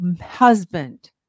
husband